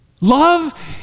Love